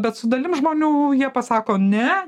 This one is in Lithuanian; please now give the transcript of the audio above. bet su dalim žmonių jie pasako ne